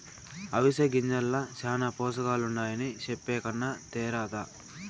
అవిసె గింజల్ల శానా పోసకాలుండాయని చెప్పే కన్నా తేరాదా